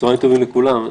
צהריים טובים לכולם,